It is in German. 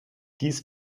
dies